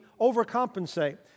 overcompensate